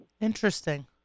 interesting